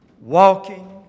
walking